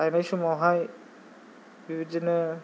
लायनाय समावहाय बेबादिनो